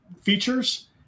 features